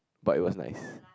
but it was nice